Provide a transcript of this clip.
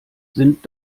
sind